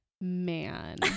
man